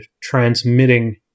transmitting